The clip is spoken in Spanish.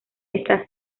esta